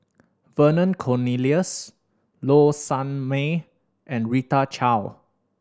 Vernon Cornelius Low Sanmay and Rita Chao